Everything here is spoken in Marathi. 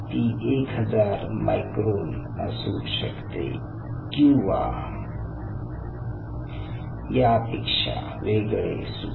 ती 1000 मायक्रोन असू शकते किंवा यापेक्षा वेगळे सुद्धा